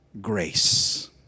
grace